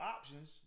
options